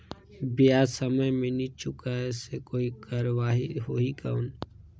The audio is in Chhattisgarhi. ब्याज समय मे नी चुकाय से कोई कार्रवाही होही कौन?